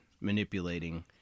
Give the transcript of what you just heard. manipulating